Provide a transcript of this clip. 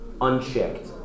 unchecked